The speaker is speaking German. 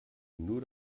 nur